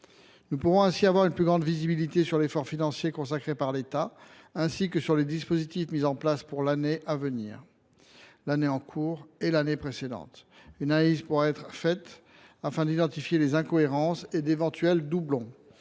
disposerons nous d’une meilleure visibilité sur l’effort financier consacré par l’État à cette politique, ainsi que sur les dispositifs mis en place pour l’année à venir, l’année en cours et l’année précédente. Une analyse pourra être faite afin d’identifier les incohérences et d’éventuels doublons.